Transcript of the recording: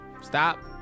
Stop